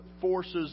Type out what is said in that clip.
forces